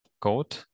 code